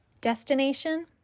Destination